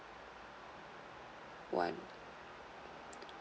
one